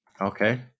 Okay